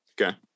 Okay